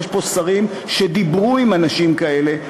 יש פה שרים שדיברו עם אנשים כאלה,